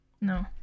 No